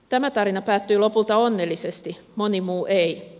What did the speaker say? tämä tarina päättyi lopulta onnellisesti moni muu ei